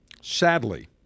Sadly